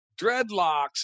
dreadlocks